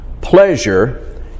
pleasure